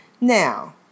Now